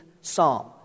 Psalm